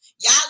Y'all